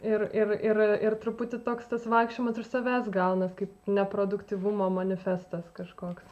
ir ir ir truputį toks tas vaikščiojimas iš savęs gaunas kaip neproduktyvumo manifestas kažkoks